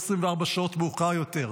24 שעות מאוחר יותר.